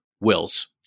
wills